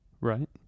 right